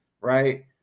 right